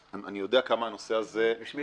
ואני יודע כמה הנושא הזה --- יש מי